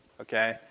Okay